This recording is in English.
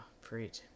preach